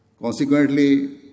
Consequently